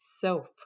self